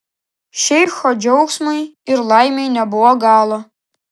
šeicho džiaugsmui ir laimei nebuvo galo